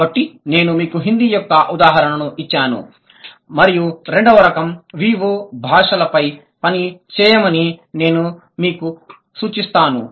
కాబట్టి నేను మీకు హిందీ యొక్క ఉదాహరణను ఇచ్చాను మరియు రెండవ రకం VO verb object క్రియ కర్మ భాషలపై పని చేయమని నేను మీకు సూచిస్తాను